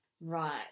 Right